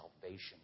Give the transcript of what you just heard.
salvation